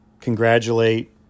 congratulate